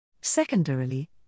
secondarily